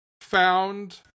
found